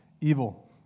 evil